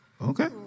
Okay